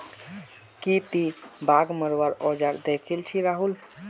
की ती बाघ मरवार औजार दखिल छि राहुल